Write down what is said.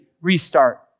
restart